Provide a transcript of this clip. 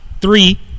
Three